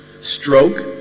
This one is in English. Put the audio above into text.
stroke